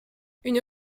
une